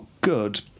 good